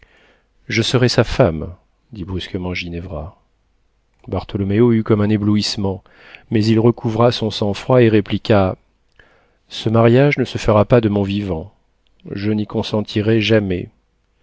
je serai sa femme dit brusquement ginevra bartholoméo eut comme un éblouissement mais il recouvra son sang-froid et répliqua ce mariage ne se fera pas de mon vivant je n'y consentirai jamais